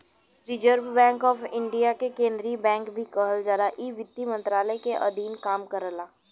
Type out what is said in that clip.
reserve bank of India के केंद्रीय bank भी कहल जाला इ वित्त मंत्रालय के अधीन काम करला